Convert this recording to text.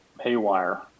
haywire